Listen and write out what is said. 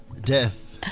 Death